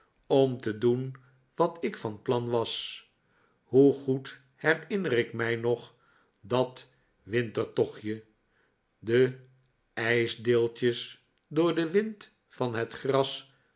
om te doen wat ik van plan was hoe goed herinner ik mij nog dat wintertochtje de ijsdeeltjes door den wind van het gras